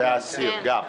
זה האסיר.